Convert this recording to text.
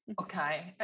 okay